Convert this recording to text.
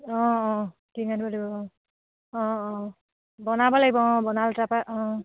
অঁ অঁ নিব লাগিব অঁ অঁ অঁ বনাব লাগিব অঁ অঁ